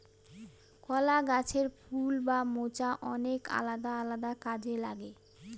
কলা গাছের ফুল বা মোচা অনেক আলাদা আলাদা কাজে লাগে